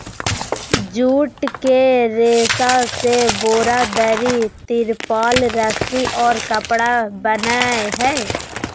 jute के रेशा से बोरा, दरी, तिरपाल, रस्सि और कपड़ा बनय हइ